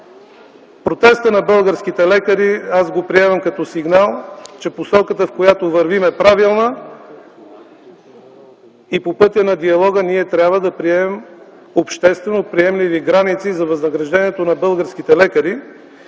протеста на българските лекари като сигнал, че посоката, в която вървим, е правилна и по пътя на диалога трябва да приемем обществено приемливи граници за възнагражденията на българските лекари.